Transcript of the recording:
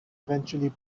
eventually